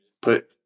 put –